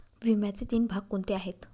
विम्याचे तीन भाग कोणते आहेत?